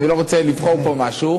אני לא רוצה לבחור פה משהו.